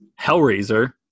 hellraiser